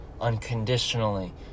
unconditionally